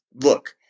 look